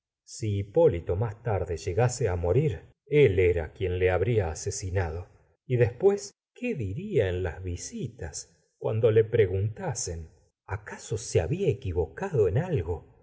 si hipólito más tarde llegase á morir él era quien le habría asesinado y después qué diría en las visitas cuando le preguntasen acaso se había equivocado en algo